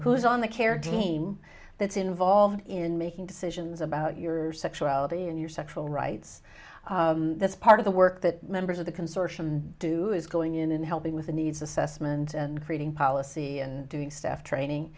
who's on the care team that's involved in making decisions about your sexuality and your sexual rights that's part of the work that members of the consortium do is going in and helping with the needs assessment and creating policy and doing staff training